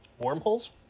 wormholes